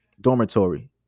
dormitory